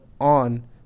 on